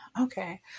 Okay